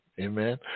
amen